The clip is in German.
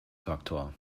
faktor